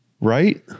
Right